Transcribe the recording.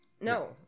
No